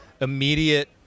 immediate